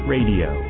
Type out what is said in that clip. Radio